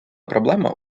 проблема